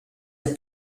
der